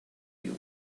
you